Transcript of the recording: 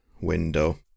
Window